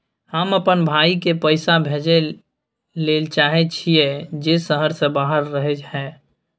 हम अपन भाई के पैसा भेजय ले चाहय छियै जे शहर से बाहर रहय हय